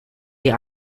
die